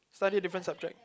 slightly different subject